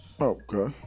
Okay